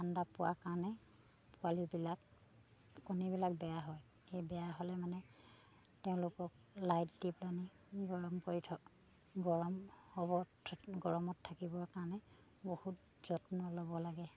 ঠাণ্ডা পোৱাৰ কাৰণে পোৱালিবিলাক কণীবিলাক বেয়া হয় সেই বেয়া হ'লে মানে তেওঁলোকক লাইট দি পানী গৰম কৰি গৰম হ'ব গৰমত থাকিবৰ কাৰণে বহুত যত্ন ল'ব লাগে